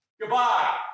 Goodbye